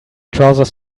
trousers